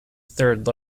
third